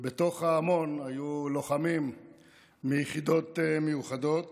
ובתוך ההמון היו לוחמים מיחידות מיוחדות